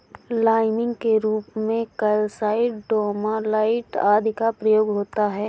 liming के रूप में कैल्साइट, डोमालाइट आदि का प्रयोग होता है